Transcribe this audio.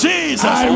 Jesus